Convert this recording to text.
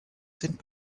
sind